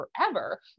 forever